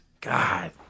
God